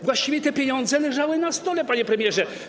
Właściwie te pieniądze leżały na stole, panie premierze.